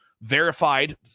verified